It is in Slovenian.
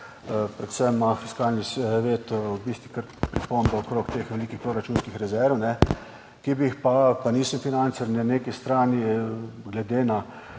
predvsem ima Fiskalni svet v bistvu kar pripombe okrog teh velikih proračunskih rezerv, ki bi jih pa, pa nisem financer, na neki strani, glede na